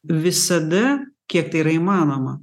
visada kiek tai yra įmanoma